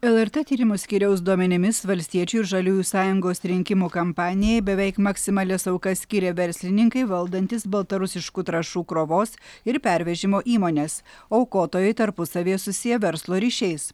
lrt tyrimų skyriaus duomenimis valstiečių ir žaliųjų sąjungos rinkimų kampanijai beveik maksimalias aukas skyrė verslininkai valdantys baltarusiškų trąšų krovos ir pervežimo įmones aukotojai tarpusavyje susiję verslo ryšiais